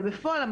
אבל הפועל,